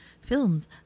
films